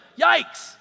Yikes